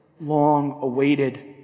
long-awaited